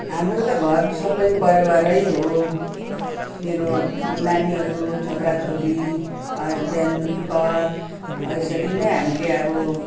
हाम्रो त घर सबै परिवारै हो मेरो नानीहरू छोराछोरी हसबेन्ड घर हो यसरी नै हामीले अब